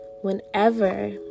Whenever